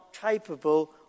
capable